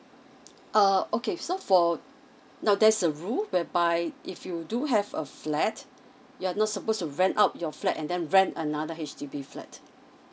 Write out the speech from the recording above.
err okay so for now there's a rule whereby if you do have a flat you're not supposed to rent out your flat and then rent another H_D_B flat